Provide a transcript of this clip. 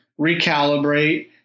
recalibrate